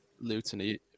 Luton